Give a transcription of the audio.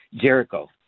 Jericho